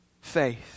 faith